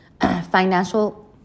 financial